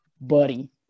buddy